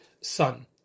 son